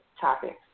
topics